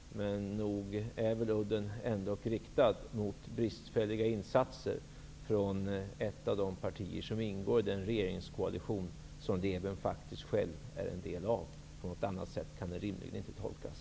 Men nog är väl udden ändå riktad mot bristfälliga insatser från ett av de partier som ingår i den regeringskoalition som Roland Lében faktiskt själv är en del av. På något annat sätt kan det rimligen inte tolkas.